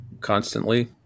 constantly